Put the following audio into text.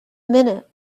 minute